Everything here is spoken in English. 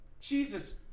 Jesus